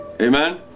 Amen